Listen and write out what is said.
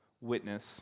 witness